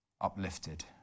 uplifted